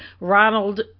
Ronald